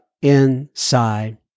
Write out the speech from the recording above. inside